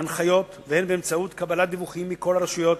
והנחיות והן באמצעות קבלת דיווחים מכל הרשויות